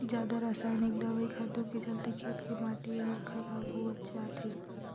जादा रसायनिक दवई खातू के चलते खेत के माटी हर खराब होवत जात हे